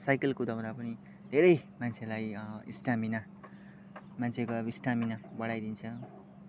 cycle कुदाउँदा पनि धेरै मान्छेलाई स्टामिना मान्छेको अब स्टामिना बढाइदिन्छ